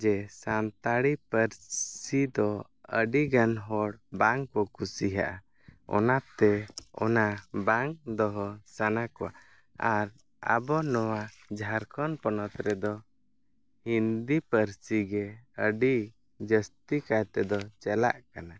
ᱡᱮ ᱥᱟᱱᱛᱟᱲᱤ ᱯᱟᱹᱨᱥᱤ ᱫᱚ ᱟᱹᱰᱤᱜᱟᱱ ᱦᱚᱲ ᱵᱟᱝᱠᱚ ᱠᱩᱥᱤᱦᱟᱜᱼᱟ ᱚᱱᱟᱛᱮ ᱚᱱᱟ ᱵᱟᱝ ᱫᱚᱦᱚ ᱥᱟᱱᱟ ᱠᱚᱣᱟ ᱟᱨ ᱟᱵᱚ ᱱᱚᱣᱟ ᱡᱷᱟᱨᱠᱷᱚᱱ ᱯᱚᱱᱚᱛ ᱨᱮᱫᱚ ᱦᱤᱱᱫᱤ ᱯᱟᱹᱨᱥᱤᱜᱮ ᱟᱹᱰᱤ ᱡᱟᱹᱥᱛᱤ ᱠᱟᱭᱛᱮ ᱫᱚ ᱪᱟᱞᱟᱜ ᱠᱟᱱᱟ